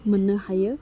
मोननो हायो